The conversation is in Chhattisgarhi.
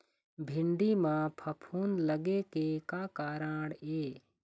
भिंडी म फफूंद लगे के का कारण ये?